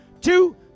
two